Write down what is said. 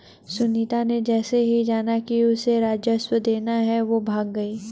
सुनीता ने जैसे ही जाना कि उसे राजस्व देना है वो भाग गई